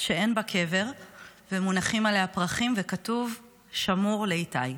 שאין בה קבר ומונחים עליה פרחים וכתוב: "שמור לאיתי".